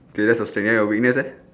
K that's your strength then your weakness lah